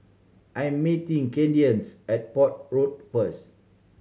I'm meeting Kadence at Port Road first